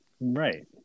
right